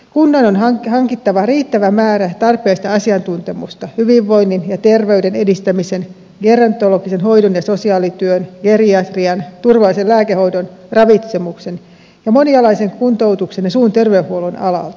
kunnan on hankittava riittävä määrä tarpeellista asiantuntemusta hyvinvoinnin ja terveyden edistämisen gerontologisen hoidon ja sosiaalityön geriatrian turvallisen lääkehoidon ravitsemuksen monialaisen kuntoutuksen ja suun terveydenhuollon alalta